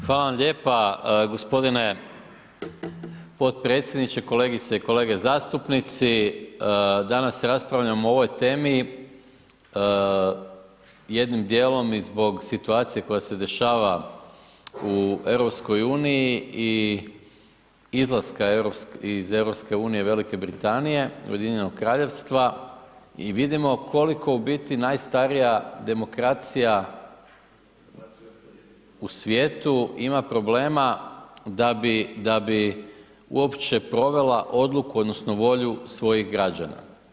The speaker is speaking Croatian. Hvala vam lijepa gospodine potpredsjedniče, kolegice i kolege zastupnici, danas raspravljamo o ovoj temi jednim dijelom i zbog situacije koja se dešava u EU i izlaska iz EU Velike Britanije, Ujedinjenog Kraljevstva i vidimo koliko u biti najstarija demokracija u svijetu ima problema da bi, da bi uopće provela odluku odnosno volju svojih građana.